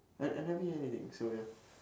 I I never hear anything so ya